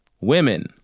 women